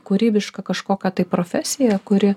kūrybišką kažkokią tai profesiją kuri